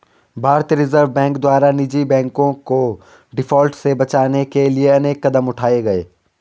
भारतीय reserve bank द्वारा निजी बैंकों को डिफॉल्ट से बचाने के लिए अनेक कदम उठाए गए